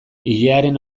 ilearen